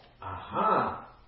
Aha